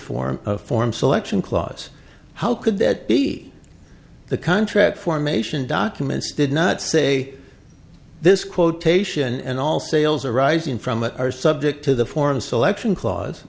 form of form selection clause how could that be the contract formation documents did not say this quotation and all sales arising from it are subject to the foreign selection cla